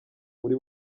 uri